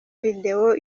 videwo